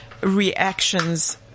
reactions